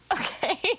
Okay